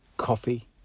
Coffee